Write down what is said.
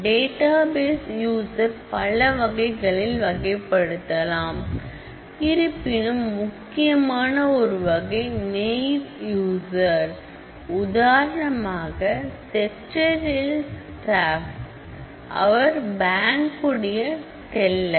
database user பல வகைகளில் வகைப்படுத்தலாம் இருப்பினும் முக்கியமான ஒரு வகை நைவ் யூஸர் உதாரணமாக ஃசேக்டரியல் ஸ்டாப் அவர் பாங்குடைய டெல்லர்